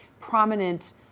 prominent